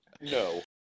No